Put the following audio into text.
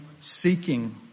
seeking